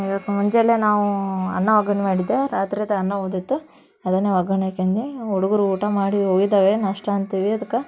ಇವತ್ತು ಮುಂಜಾನೆ ನಾವು ಅನ್ನ ಒಗ್ಗರ್ಣೆ ಮಾಡಿದ್ದೆ ರಾತ್ರೇದು ಅನ್ನ ಉಳಿದಿತ್ತು ಅದನ್ನೇ ಒಗ್ಗರಣೆ ಹಾಕ್ಯಂಡೇ ಹುಡುಗರು ಊಟ ಮಾಡಿ ಹೋಗಿದ್ದಾವೆ ನಾಷ್ಟ ಅಂತೇಳಿ ಅದಕ್ಕೆ